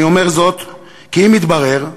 אני אומר זאת כי אם יתברר,